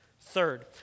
Third